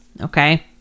okay